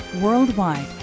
Worldwide